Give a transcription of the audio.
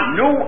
no